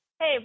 Hey